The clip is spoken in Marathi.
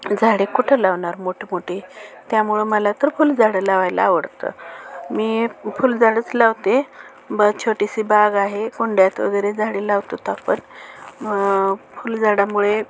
झाडे कुठे लावणार मोठमोठी त्यामुळं मला तर फुलझाडं लावायला आवडतं मी फुलझाडंच लावते ब छोटीशी बाग आहे कुंड्यात वगैरे झाडे लावतो त आपण फुलझाडामुळे